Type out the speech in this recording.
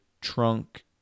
trunk